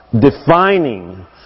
defining